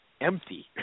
empty